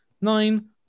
nine